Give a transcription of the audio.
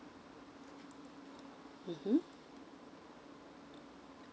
(uh huh)